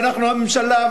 ואנחנו הממשלה,